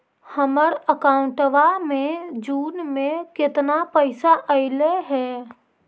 हमर अकाउँटवा मे जून में केतना पैसा अईले हे?